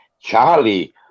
Charlie